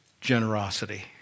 generosity